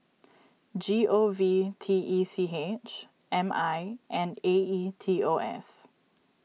G O V T E C H M I and A E T O S